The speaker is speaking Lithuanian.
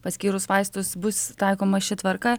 paskyrus vaistus bus taikoma ši tvarka